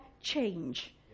change